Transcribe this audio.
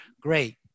Great